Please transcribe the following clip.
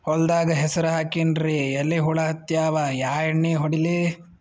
ಹೊಲದಾಗ ಹೆಸರ ಹಾಕಿನ್ರಿ, ಎಲಿ ಹುಳ ಹತ್ಯಾವ, ಯಾ ಎಣ್ಣೀ ಹೊಡಿಲಿ?